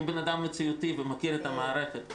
אני אדם מציאותי ומכיר את המערכת.